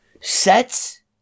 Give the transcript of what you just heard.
sets